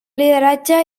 lideratge